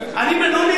אני אומר הפוך.